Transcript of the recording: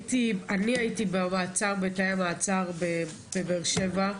אני הייתי בתאי המעצר בבאר שבע.